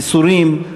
ייסורים,